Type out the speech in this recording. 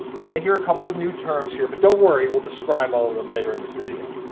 you may hear a couple of new terms here, but don't worry. we'll describe all of them later in this video.